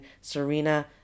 Serena